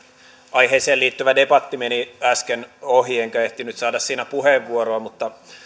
aiheeseen liittyvä debatti meni äsken ohi enkä ehtinyt saada siinä puheenvuoroa mutta